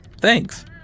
Thanks